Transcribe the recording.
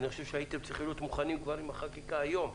אני חושב שהייתם צריכים להיות מוכנים כבר עם החקיקה היום.